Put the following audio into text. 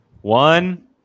one